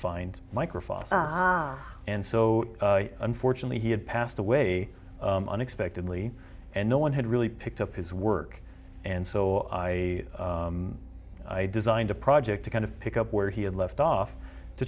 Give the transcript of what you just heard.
find microphone and so unfortunately he had passed away unexpectedly and no one had really picked up his work and so i i designed a project to kind of pick up where he had left off to